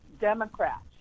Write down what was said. Democrats